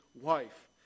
wife